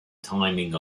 timing